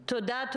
תודה.